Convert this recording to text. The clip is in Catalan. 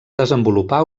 desenvolupar